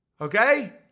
Okay